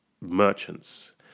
merchants